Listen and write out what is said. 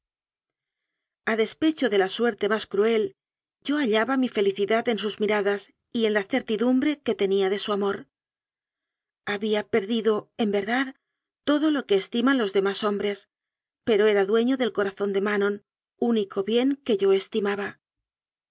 despecho de la suerte más cruel yo ha llaba mi felicidad en sus miradas y en la certi dumbre que tenía de su amor había perdido s verdad todo lo que estiman los demás hombres pero era dueño del corazón de mamón único bien que yo estimaba